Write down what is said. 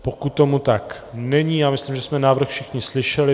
Pokud tomu tak není, myslím, že jsme návrh všichni slyšeli.